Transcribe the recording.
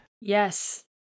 Yes